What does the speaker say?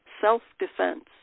self-defense